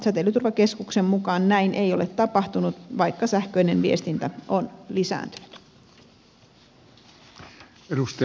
säteilyturvakeskuksen mukaan näin ei ole tapahtunut vaikka sähköinen viestintä on lisääntynyt